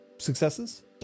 Successes